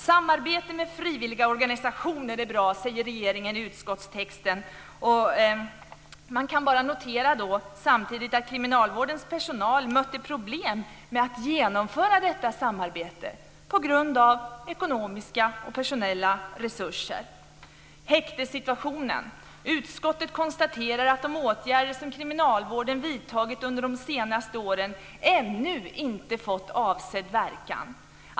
Samarbete med frivilligorganisationer är bra säger regeringen, men i utskottstexten noterar man samtidigt att kriminalvårdens personal har mött problem med att genomföra detta samarbete på grund av bristande ekonomiska och personella resurser. Sedan är det frågan om häktessituationen. Utskottet konstaterar att de åtgärder kriminalvården vidtagit under de senaste åren ännu inte har fått avsedd verkan.